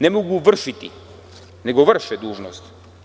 Ne mogu „vršiti dužnost“, nego vrše dužnost.